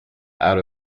out